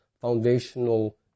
foundational